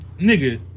Nigga